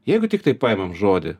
jeigu tiktai paimam žodį